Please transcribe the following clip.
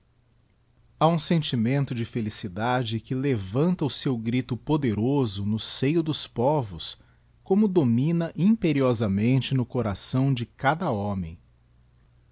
ha um sentimento de felicidade que levanta o digiti zedby google seu grito poderoso no seio dos povos como domina imperiosamente no coração de cada homem